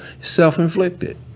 self-inflicted